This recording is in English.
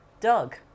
Doug